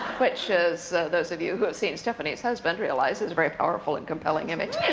which is, those of you who have seen stephenee's husband, realize is a very powerful and compelling image.